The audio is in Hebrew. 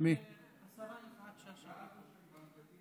השרה יפעת שאשא ביטון.